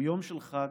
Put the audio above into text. הוא יום חג,